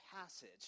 passage